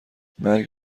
مرگ